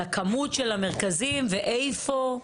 על הכמות של המרכזים ואיפה?